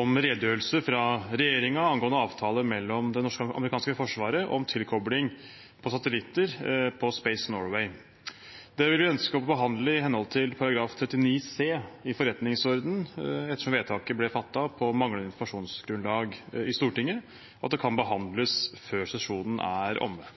om redegjørelse fra regjeringen angående avtale mellom det norske og amerikanske forsvaret om tilkobling av amerikanske militære sensorer på Space Norways satellitter. Det vil vi ønske å få behandlet i henhold til § 39 c i forretningsordenen, ettersom vedtaket ble fattet på manglende informasjonsgrunnlag i Stortinget, og at det kan behandles før sesjonen er omme.